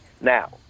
Now